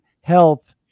health